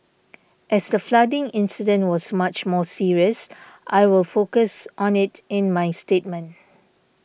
as the flooding incident was much more serious I will focus on it in my statement